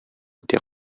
үтә